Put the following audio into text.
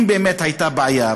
אם באמת הייתה בעיה,